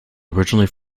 originally